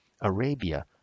Arabia